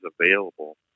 available